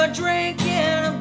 drinking